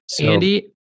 Andy